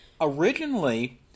originally